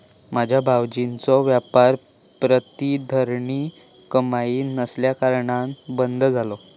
माझ्यो भावजींचो व्यापार प्रतिधरीत कमाई नसल्याकारणान बंद झालो